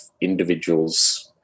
individuals